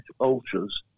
ultras